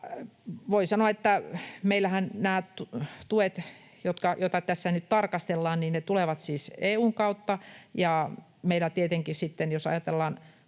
Voi sanoa, että meillähän nämä tuet, joita tässä nyt tarkastellaan, tulevat siis EU:n kautta, ja sitten jos ajatellaan